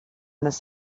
this